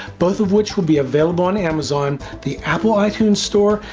both of which will be available on amazon, the apple itunes store,